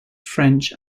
french